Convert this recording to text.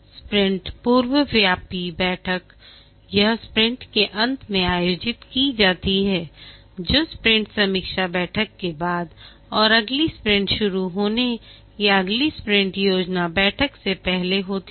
sprint पूर्वव्यापी बैठक यह स्प्रिंट के अंत में आयोजित की जाती है जो स्प्रिंट समीक्षा बैठक के बाद और अगली स्प्रिंट शुरू होने या अगली स्प्रिंट योजना बैठक से पहले होती है